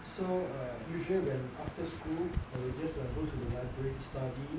so err usually when after school I will just go to the library to study